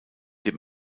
dem